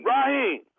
Raheem